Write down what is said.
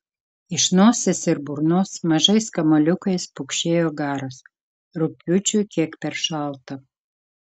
iš nosies ir burnos mažais kamuoliukais pukšėjo garas rugpjūčiui kiek per šalta